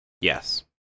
Yes